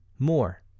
More